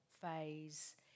phase